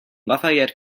lafayette